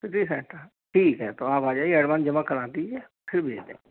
city centre ठीक है तो आप आ जाइए एडवांस जमा करा दीजिए फिर भेज देंगे